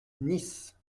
nice